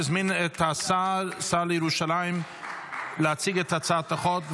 אני מזמין את השר לירושלים להציג את הצעת החוק,